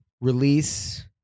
release